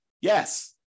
Yes